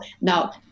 now